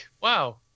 Wow